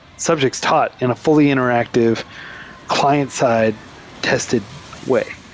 subjects taught in a fully-interac tive client-side tested way.